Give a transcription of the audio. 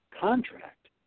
contract